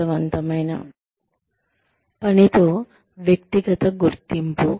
అర్ధవంతమైన పనితో వ్యక్తిగత గుర్తింపు